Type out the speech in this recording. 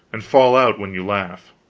and fall out when you laugh.